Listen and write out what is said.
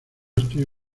estoy